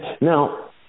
now